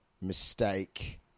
mistake